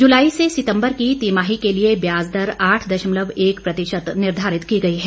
जुलाई से सितम्बर की तिमाही के लिए ब्याज दर आठ दशमलव एक प्रतिशत निर्घारित की गई है